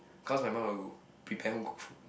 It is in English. cause my mum will prepare home cook food